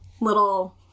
little